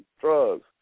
drugs